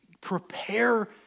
prepare